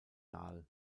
dahl